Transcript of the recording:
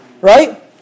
right